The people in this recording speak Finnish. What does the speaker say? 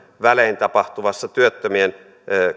välein tapahtuvassa työttömien